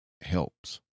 helps